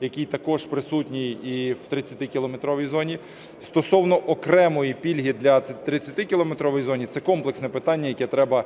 який також присутній і в 30-кілометровій зоні. Стосовно окремої пільги для 30-кілометрової зони. Це комплексне питання, яке треба